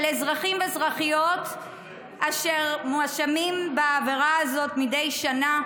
אזרחים ואזרחיות אשר מואשמים בעבירה הזאת מדי שנה,